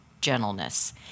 gentleness